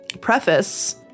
preface